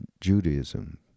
Judaism